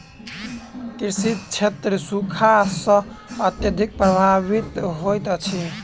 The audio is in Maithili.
कृषि क्षेत्र सूखा सॅ अत्यधिक प्रभावित होइत अछि